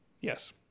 yes